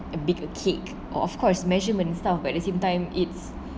uh bake a cake of course measurement stuff but at the same time it's